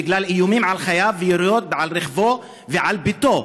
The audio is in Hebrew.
בגלל איומים על חייו ויריות על רכבו ועל בִּתו.